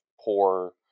poor